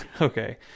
Okay